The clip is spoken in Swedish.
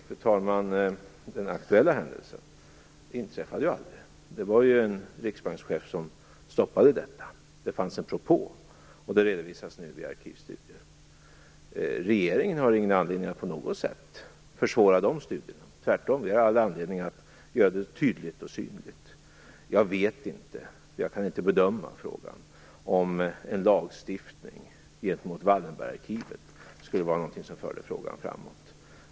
Fru talman! Den aktuella händelsen inträffade aldrig. Det var ju en riksbankschef som stoppade detta. Det fanns en propå, och den redovisas nu i arkivstudier. Regeringen har ingen anledning att på något sätt försvåra de studierna. Tvärtom har vi all anledning att göra det här tydligt och synligt. Jag vet inte, för jag kan inte bedöma frågan, om en lagstiftning gentemot Wallenbergarkivet skulle vara något som förde frågan framåt.